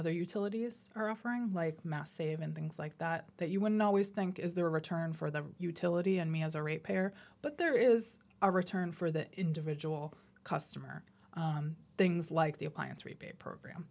other utilities are offering like massive and things like that that you would always think is there a return for the utility and me as a rate payer but there is a return for the individual customer things like the appliance rebate program